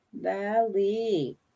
Valley